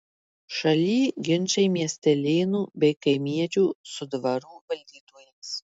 šaly ginčai miestelėnų bei kaimiečių su dvarų valdytojais